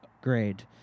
grade